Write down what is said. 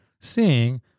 seeing